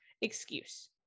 excuse